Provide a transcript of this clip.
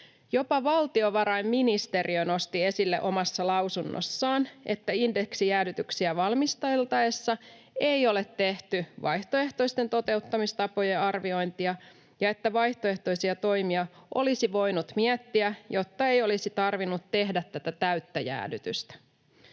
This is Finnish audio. Jopa valtiovarainministeriö nosti esille omassa lausunnossaan, että indeksijäädytyksiä valmisteltaessa ei ole tehty vaihtoehtoisten toteuttamistapojen arviointia ja että vaihtoehtoisia toimia olisi voinut miettiä, jotta ei olisi tarvinnut tehdä tätä täyttä jäädytystä.